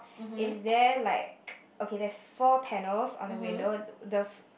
is there like okay there's four panels on the window the